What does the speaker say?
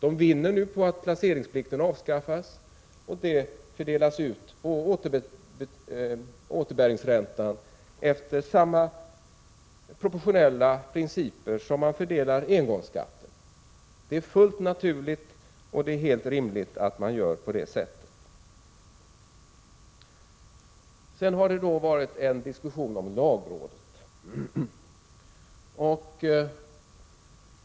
1986/87:79 avskaffas, och den vinsten fördelas ut på återbäringsräntan efter samma 4 mars 1987 roportionella principer som engångsskatten. Det är fullt naturligt och ESOpOrE PERRE Sen ER Den tillfälliga för rimligt att man gör på det sättet. Jocnhäisik - Sedan har det då varit en diskussion om lagrådet.